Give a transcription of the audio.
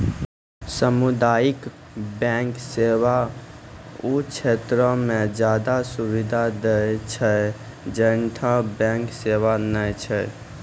समुदायिक बैंक सेवा उ क्षेत्रो मे ज्यादे सुविधा दै छै जैठां बैंक सेबा नै छै